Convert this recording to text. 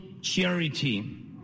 charity